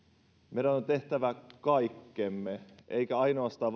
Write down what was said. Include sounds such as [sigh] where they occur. meidän on tehtävä kaikkemme eikä ainoastaan [unintelligible]